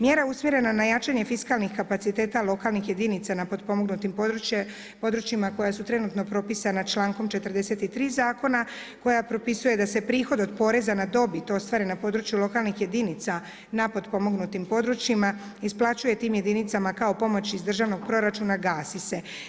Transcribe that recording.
Mjera usmjerena na jačanje fiskalnih kapaciteta lokalnih jedinica na potpomognutim područjima koja su trenutno propisana člankom 43. zakona, koja propisuje da se prihod od poreza na dobit, ostvaren na području lokalnih jedinica, na potpomognutim područjima, isplaćuje tim jedinica, a kao pomoć iz državnog proračuna, gasi se.